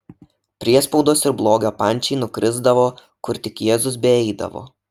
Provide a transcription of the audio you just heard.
priespaudos ir blogio pančiai nukrisdavo kur tik jėzus beeidavo